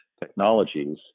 technologies